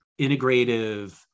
integrative